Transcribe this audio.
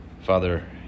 Father